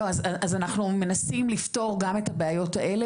אנחנו מנסים לפתור גם את הבעיות האלה,